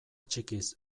txikiz